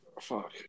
fuck